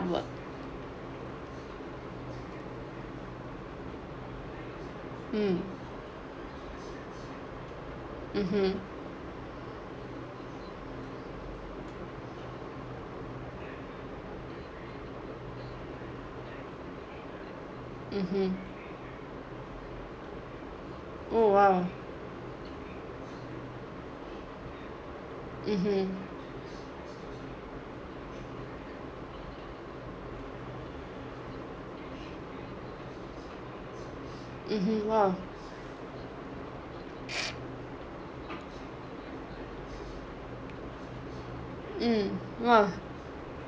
mm mmhmm mmhmm oh !wow! mmhmm mmhmm !wow! mm !wah!